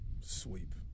sweep